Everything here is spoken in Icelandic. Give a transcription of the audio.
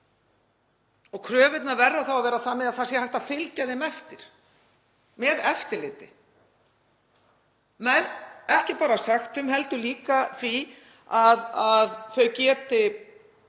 Kröfurnar verða að vera þannig að það sé hægt að fylgja þeim eftir með eftirliti, ekki bara sektum heldur líka því að fyrirtæki